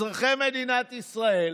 אזרחי מדינת ישראל,